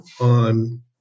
on